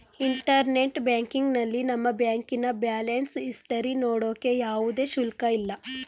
internet ಬ್ಯಾಂಕಿಂಗ್ನಲ್ಲಿ ನಮ್ಮ ಬ್ಯಾಂಕಿನ ಬ್ಯಾಲೆನ್ಸ್ ಇಸ್ಟರಿ ನೋಡೋಕೆ ಯಾವುದೇ ಶುಲ್ಕ ಇಲ್ಲ